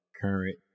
current